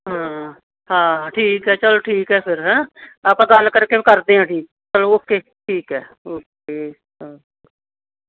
ਹਾਂ ਹਾਂ ਠੀਕ ਆ ਚਲ ਠੀਕ ਹੈ ਫਿਰ ਹੈਂ ਆਪਾਂ ਗੱਲ ਕਰਕੇ ਉਹਨੂੰ ਕਰਦੇ ਹਾਂ ਠੀਕ ਚੱਲ ਓਕੇ ਠੀਕ ਹੈ ਓਕੇ ਹਾਂ